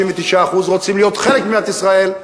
99% מהם רוצים להיות חלק ממדינת ישראל.